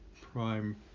prime